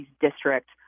district